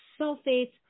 sulfates